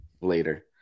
later